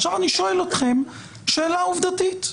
ועכשיו אני שואל אתכם שאלה עובדתית,